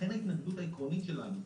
לכן ההתנגדות העקרונית שלנו,